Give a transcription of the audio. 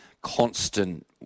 constant